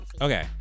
Okay